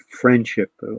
friendship